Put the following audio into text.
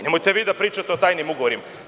Nemojte vi da pričate o tajnim ugovorima.